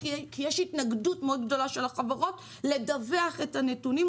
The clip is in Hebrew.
כי יש התנגדות מאוד גדולה של החברות לדווח את הנתונים,